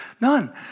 None